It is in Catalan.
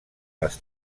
les